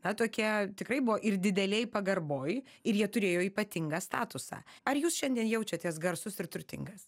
na tokia tikrai buvo ir didelėj pagarboj ir jie turėjo ypatingą statusą ar jūs šiandien jaučiatės garsus ir turtingas